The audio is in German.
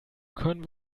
können